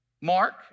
Mark